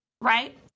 right